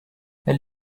elle